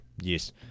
Yes